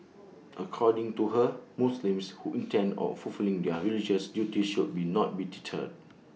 according to her Muslims who intend on fulfilling their religious duties should not be deterred